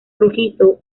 rojizo